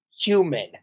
human